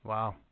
Wow